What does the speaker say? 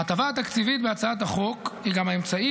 ההטבה התקציבית בהצעת החוק היא גם האמצעי